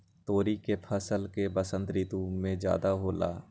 तोरी के फसल का बसंत ऋतु में ज्यादा होला?